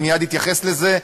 אני מייד אתייחס לזה,